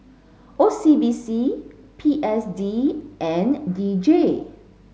O C B C P S D and D J